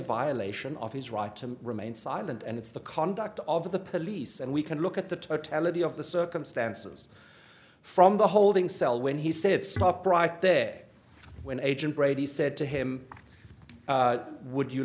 violation of his right to remain silent and it's the conduct of the police and we can look at the totality of the circumstances from the holding cell when he said stop right there when agent brady said to him would you